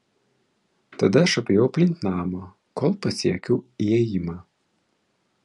tada aš apėjau aplink namą kol pasiekiau įėjimą